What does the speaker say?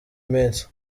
minsi